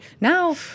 Now